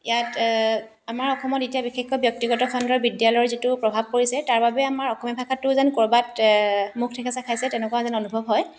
ইয়াত আমাৰ অসমত এতিয়া বিশেষকৈ ব্যক্তিগত খণ্ডৰ বিদ্যালয়ৰ যিটো প্ৰভাৱ পৰিছে তাৰ বাবে আমাৰ অসমীয়া ভাষাটো যেন ক'ৰবাত মুখ ঠেকেচা খাইছে তেনেকুৱা যেন অনুভৱ হয়